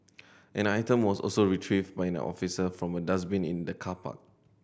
an item was also retrieved by an officer from a dustbin in the car park